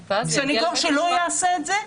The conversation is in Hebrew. סנגור שלא יעשה את זה,